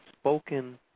spoken